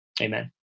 Amen